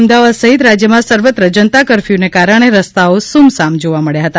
અમદાવાદ સહિત રાજયમાં સર્વત્ર જનતા કરર્કથુનો કારણે રસ્તાઓ સુમસામ જોવા મળ્યા હતા